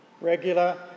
Regular